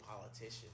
politician